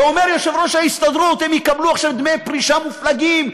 ואומר יושב-ראש ההסתדרות: הם יקבלו עכשיו דמי פרישה מופלגים,